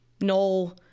no